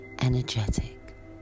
energetic